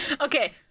Okay